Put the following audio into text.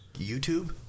YouTube